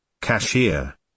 Cashier